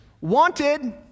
Wanted